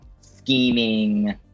scheming